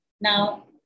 Now